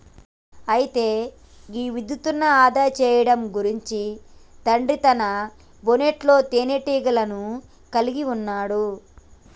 అయితే గీ విద్యుత్ను ఆదా సేయడం గురించి తండ్రి తన బోనెట్లో తీనేటీగను కలిగి ఉన్నాడు